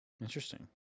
Interesting